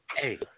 Hey